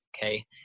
okay